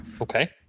Okay